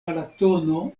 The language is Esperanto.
balatono